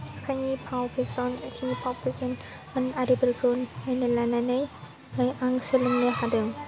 आखाइनि फाव फेसन आथिंनि फाव फेशन आरिफोरखौ नायना लानानै आं सोलोंनो हादों